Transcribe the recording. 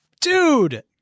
dude